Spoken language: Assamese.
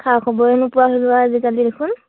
খা খবৰে নোপোৱা হ'লো আজিকালি দেখোন